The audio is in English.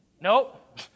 Nope